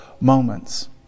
moments